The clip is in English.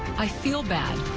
i feel bad,